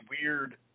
weird